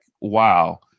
wow